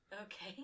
Okay